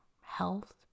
health